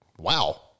Wow